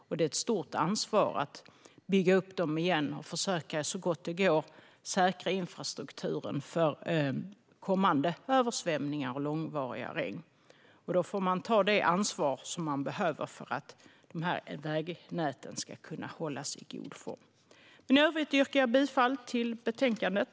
Det är ett stort ansvar att bygga upp dem igen och så gott det går försöka säkra infrastrukturen för kommande översvämningar och långvariga regn. Då får man ta det ansvar som behövs för att dessa vägnät ska kunna hållas i god form. I övrigt yrkar jag bifall till förslaget i betänkandet.